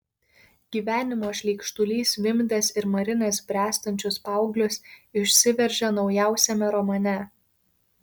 gyvenimo šleikštulys vimdęs ir marinęs bręstančius paauglius išsiveržė naujausiame romane